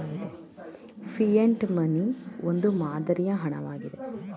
fiat money ಒಂದು ಮಾದರಿಯ ಹಣ ವಾಗಿದೆ